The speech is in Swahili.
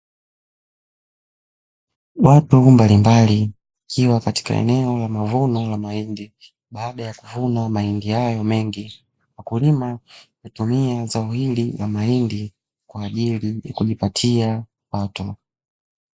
Watu mbalimbali wakiwa katika eneo la mavuno ya mahindi baada ya kuvuna mahindi hayo mengi. Mkulima hutumia zao hili la mahindi kwa ajili ya kujipatia kipato.